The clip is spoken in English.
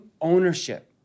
ownership